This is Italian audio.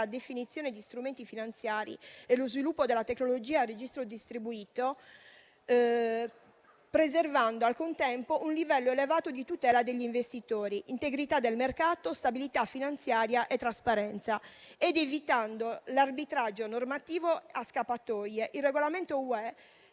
definizione di strumenti finanziari e lo sviluppo della tecnologia a registro distribuito, preservando al contempo un livello elevato di tutela degli investitori, integrità del mercato, stabilità finanziaria e trasparenza ed evitando l'arbitraggio normativo e scappatoie, il regolamento UE